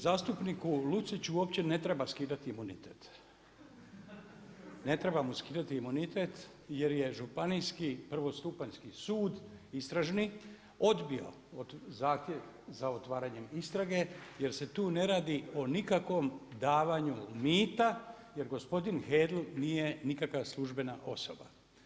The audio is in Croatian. Zastupniku Luciću uopće ne treba skidati imunitet, ne treba mu skidati imunitet, jer je Županijski prvostupanjski sud, istražni odbio od zahtjev za otvaranjem istrage, jer se tu ne radi o nikakvom davanju mita, jer gospodin Hedlug nije nikakva službena osoba.